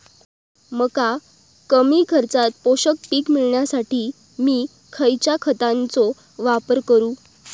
मका कमी खर्चात पोषक पीक मिळण्यासाठी मी खैयच्या खतांचो वापर करू?